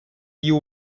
you